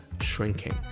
shrinking